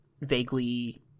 vaguely